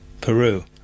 Peru